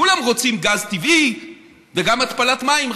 כולם רוצים גז טבעי וגם התפלת מים,